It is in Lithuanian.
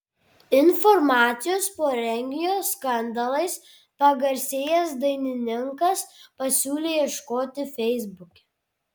informacijos po renginio skandalais pagarsėjęs dainininkas pasiūlė ieškoti feisbuke